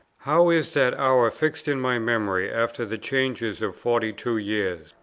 how is that hour fixed in my memory after the changes of forty-two years,